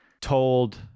told